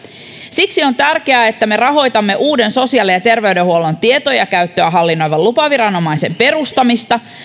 siksi on tärkeää että me rahoitamme uuden sosiaali terveydenhuollon tietojen käyttöä hallinnoivan lupaviranomaisen perustamista